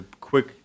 quick